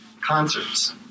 concerts